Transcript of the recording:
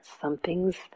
Something's